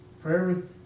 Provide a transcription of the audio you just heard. Prayer